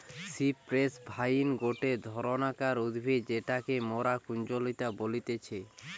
cypress vine গটে ধরণকার উদ্ভিদ যেটাকে মরা কুঞ্জলতা বলতিছে